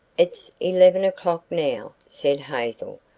it's eleven o'clock now, said hazel,